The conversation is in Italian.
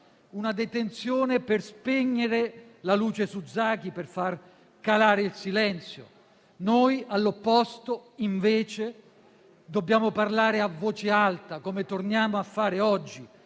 Una detenzione per spegnere la luce su Zaki, per far calare il silenzio. Noi all'opposto, invece, dobbiamo parlare a voce alta, come torniamo a fare oggi,